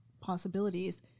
possibilities